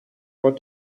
what